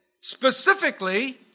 Specifically